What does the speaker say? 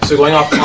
so going off,